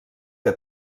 que